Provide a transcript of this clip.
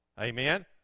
Amen